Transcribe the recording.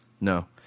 no